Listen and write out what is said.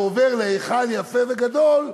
ועובר להיכל יפה וגדול,